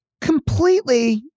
completely